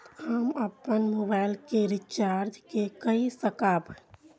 हम अपन मोबाइल के रिचार्ज के कई सकाब?